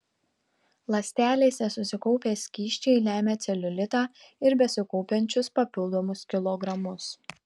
ląstelėse susikaupę skysčiai lemia celiulitą ir besikaupiančius papildomus kilogramus